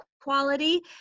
quality